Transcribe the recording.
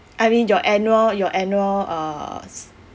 I mean your annual your annual uh